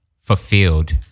fulfilled